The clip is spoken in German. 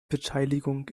beteiligung